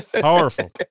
Powerful